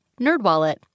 NerdWallet